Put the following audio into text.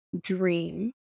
dream